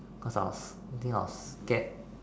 cause I was I think I was scared